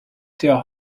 der